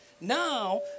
Now